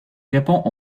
répond